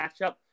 matchup